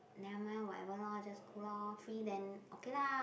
never mind lor whatever lor just go lor free then okay lah